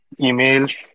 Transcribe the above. emails